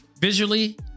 Visually